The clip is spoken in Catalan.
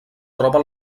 troba